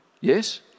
Yes